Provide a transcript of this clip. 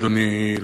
אדוני,